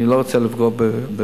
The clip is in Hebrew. אני לא רוצה לפגוע ברופאים.